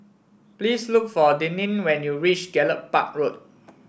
please look for Deneen when you reach Gallop Park Road